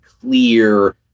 clear